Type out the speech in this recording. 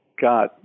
got